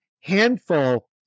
handful